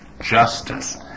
justice